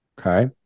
Okay